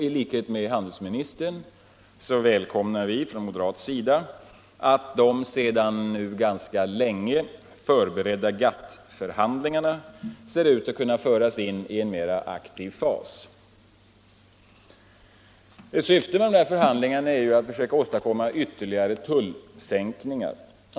I likhet med handelsministern välkomnar vi från moderat sida att de sedan ganska länge förberedda GATT-förhandlingarna nu ser ut att kunna föras in i en mera aktiv fas. Nr 40 Ett syfte med dessa förhandlingar är att åstadkomma ytterligare tull Onsdagen den sänkningar.